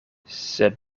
sed